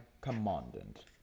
Commandant